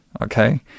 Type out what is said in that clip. okay